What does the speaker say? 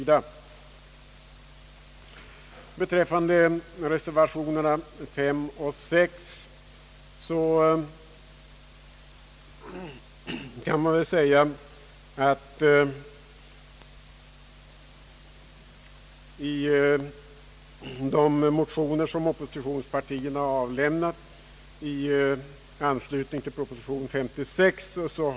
De frågor som behandlas i reservationerna b och c vid punkten 5 har ganska utförligt redovisats i de motioner, som väckts av oppositionspartierna i anslutning till propositionen nr 56.